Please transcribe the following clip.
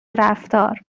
رفتار